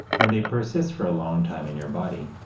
when they persist for a long time in your body,